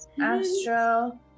Astro